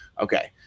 Okay